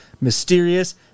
mysterious